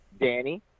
Danny